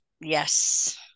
Yes